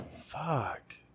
Fuck